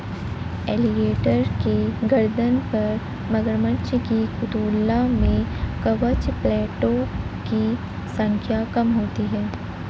alligator के गर्दन पर मगरमच्छ की तुलना में कवच प्लेटो की संख्या कम होती है